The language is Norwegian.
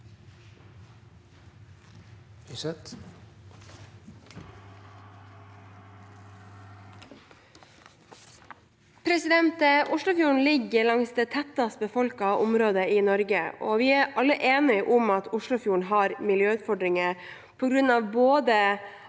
Oslofjorden ligger langs det tettest befolkede området i Norge, og vi er alle enige om at Oslofjorden har miljøutfordringer på grunn av både